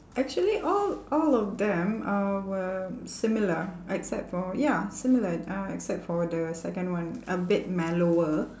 actually all all of them uh were similar except for ya similar uh except for the second one a bit mellower